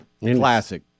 Classic